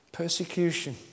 Persecution